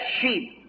sheep